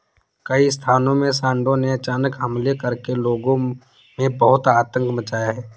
कई स्थानों में सांडों ने अचानक हमले करके लोगों में बहुत आतंक मचाया है